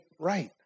right